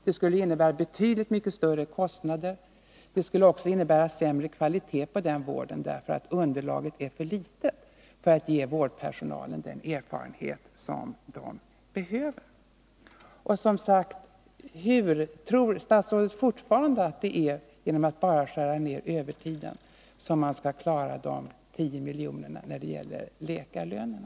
Det skulle innebära betydligt större kostnader och sämre kvalitet på vården, därför att underlaget är för litet för att ge vårdpersonalen den erfarenhet den behöver. Tror statsrådet fortfarande att det bara är genom att skära ned övertiden som man kan klara de 10 miljonerna när det gäller läkarlönerna?